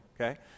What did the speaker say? okay